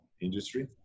industry